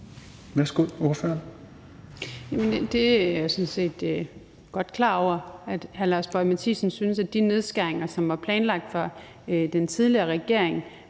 Jeg er sådan set godt klar over, at hr. Lars Boje Mathiesen synes, at de nedskæringer, som var planlagt af den tidligere regering